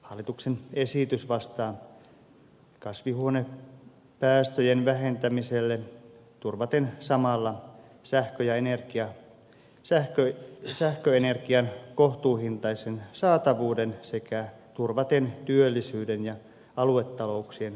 hallituksen esitys vastaa kasvihuonepäästöjen vähentämiselle asetettuihin vaatimuksiin turvaten samalla sähköenergian kohtuuhintaisen saatavuuden sekä työllisyyden ja aluetalouksien vahvistamisen